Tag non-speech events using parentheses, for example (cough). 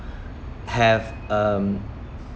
(breath) have um